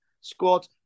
squad